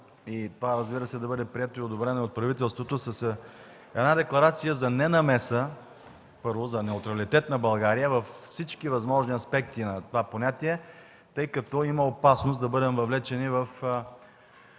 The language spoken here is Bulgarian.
бъде, разбира се, прието и одобрено от правителството, с една декларация за ненамеса, първо, за неутралитет на България във всички възможни аспекти на това понятие, тъй като има опасност да бъдем въвлечени